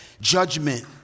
Judgment